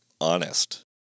honest